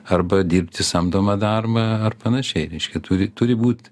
arba dirbti samdomą darbą ar panašiai reiškia turi turi būt